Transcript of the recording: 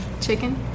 Chicken